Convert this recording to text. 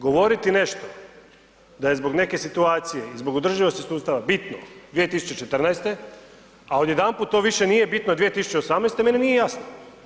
Govoriti nešto da je zbog neke situacije i zbog održivosti sustava bitno 2014. a odjedanput to više nije bitno 2018. meni nije jasno.